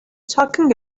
talking